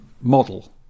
model